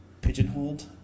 pigeonholed